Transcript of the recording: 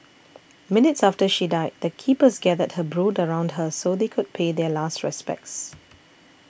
minutes after she died the keepers gathered her brood around her so they could pay their last respects